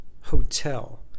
Hotel